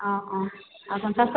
অঁ অঁ আৰু পঞ্চাছ